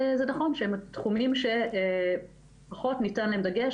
זה נכון שהם התחומים שפחות ניתן להם דגש,